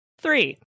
Three